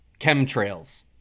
Chemtrails